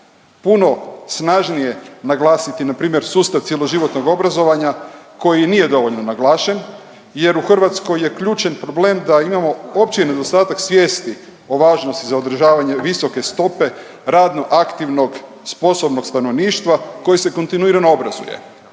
puno snažnije naglasiti npr. sustav cjeloživotnog obrazovanja koji nije dovoljno naglašen jer u Hrvatskoj je ključan problem da imamo opći nedostatak svijesti o važnosti za održavanje visoke stope radno aktivnog sposobnog stanovništva koji se kontinuirano obrazuje.